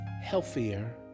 healthier